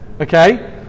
okay